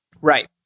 Right